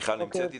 נמצאת אתנו?